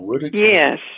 Yes